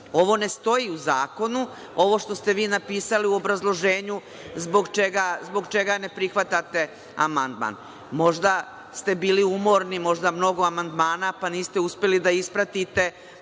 Ovo ne stoji u zakonu. Ovo što ste vi napisali u obrazloženju zbog čega ne prihvatate amandman. Možda ste bili umorni, možda je mnogo amandmana, pa niste uspeli da ispratite